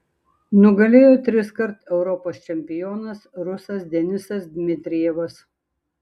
nugalėjo triskart europos čempionas rusas denisas dmitrijevas